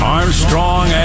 Armstrong